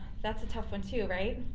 that's a tough one too right?